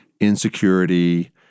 insecurity